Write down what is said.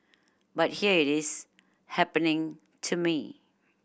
but here it is happening to me